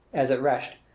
as at resht,